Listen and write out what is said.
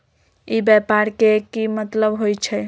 ई व्यापार के की मतलब होई छई?